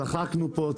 צחקנו פה,